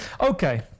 Okay